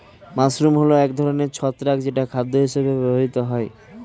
mushroom হল এক ধরনের ছত্রাক যেটা খাদ্য হিসেবে ব্যবহৃত হয়